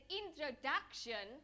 introduction